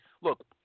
look